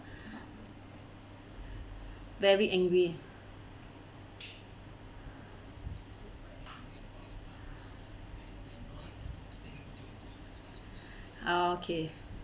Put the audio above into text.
very angry okay